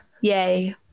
yay